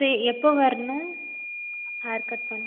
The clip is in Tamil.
சரி எப்போ வர்ணும் ஹேர் கட் பண்ண